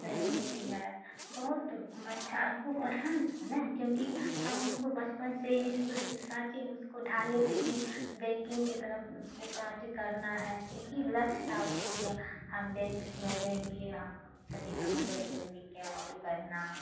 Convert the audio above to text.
नहीं होती है बहुत अच्छा उसको पसन्द था ना क्योंकि हम उसको बचपन से ही इस उस साँचे में उसको ढाले थे कि बैंकिन्ग की तरफ उसको काम करना है तो एक ही लक्ष्य था उसकाे क्या हम बैंक में जाएँगे हम सभी की मदद करेंगे के वाई सी करना